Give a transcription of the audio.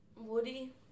Woody